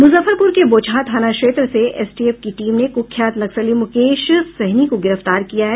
मुजफ्फरपुर के बोचहां थाना क्षेत्र से एसटीएफ की टीम ने कुख्यात नक्सली मुकेश सहनी को गिरफ्तार किया है